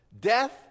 death